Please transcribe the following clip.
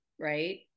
right